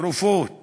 תרופות